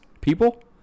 People